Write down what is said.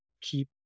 keep